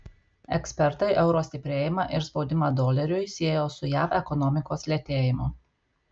ekspertai euro stiprėjimą ir spaudimą doleriui siejo su jav ekonomikos lėtėjimu